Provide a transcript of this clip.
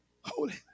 Holy